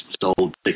sold